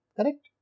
Correct